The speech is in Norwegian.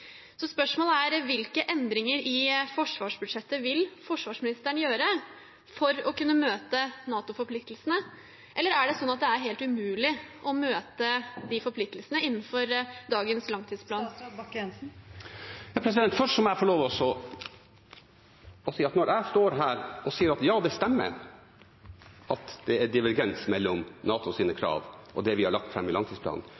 Spørsmålet er: Hvilke endringer i forsvarsbudsjettet vil forsvarsministeren gjøre for å kunne møte NATO-forpliktelsene? Eller er det sånn at det er helt umulig å møte de forpliktelsene innenfor dagens langtidsplan? Først må jeg få lov til å si at når jeg står her og sier at ja, det stemmer at det er divergens mellom